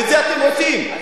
ואת זה אתם עושים,